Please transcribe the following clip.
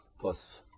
plus